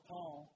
Paul